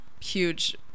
huge